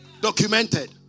Documented